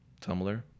tumblr